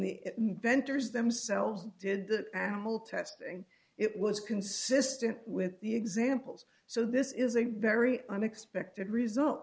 the inventors themselves did that animal testing it was consistent with the examples so this is a very unexpected result